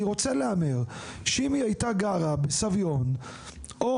אני רוצה להמר שאם היא הייתה גרה בסביון או